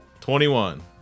Twenty-one